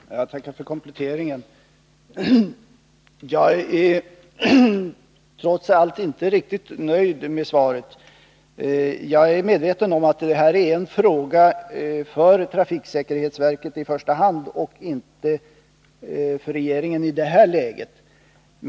Herr talman! Jag tackar för kompletteringen, men jag är trots allt inte riktigt nöjd med svaret. Jag är medveten om att detta är en fråga för trafiksäkerhetsverket i första hand och inte — åtminstone inte i det här läget — för regeringen.